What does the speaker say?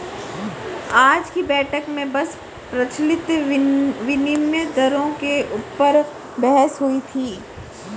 आज की बैठक में बस प्रचलित विनिमय दरों के ऊपर बहस हुई थी